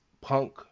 Punk